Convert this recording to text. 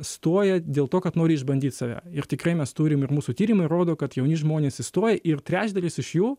stoja dėl to kad nori išbandyt save ir tikrai mes turim ir mūsų tyrimai rodo kad jauni žmonės įstoja ir trečdalis iš jų